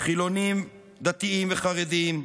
חילונים, דתיים וחרדים,